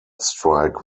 strike